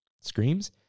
screams